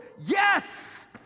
Yes